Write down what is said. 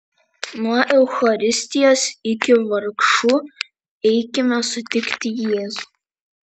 nuo eucharistijos iki vargšų eikime sutikti jėzų